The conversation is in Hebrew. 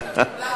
בשמלה אדומה.